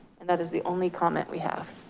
and that is the only comment we have.